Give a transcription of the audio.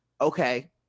okay